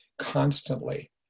constantly